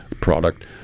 product